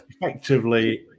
effectively